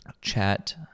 Chat